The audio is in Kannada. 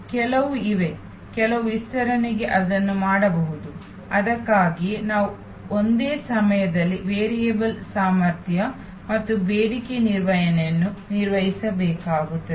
ಕೆಲವು ಇವೆ ಕೆಲವು ವಿಸ್ತರಣೆಗೆ ಇದನ್ನು ಮಾಡಬಹುದು ಅದಕ್ಕಾಗಿಯೇ ನಾವು ಒಂದೇ ಸಮಯದಲ್ಲಿ ವೇರಿಯಬಲ್ ಸಾಮರ್ಥ್ಯ ಮತ್ತು ಬೇಡಿಕೆ ನಿರ್ವಹಣೆಯನ್ನು ನಿರ್ವಹಿಸಬೇಕಾಗುತ್ತದೆ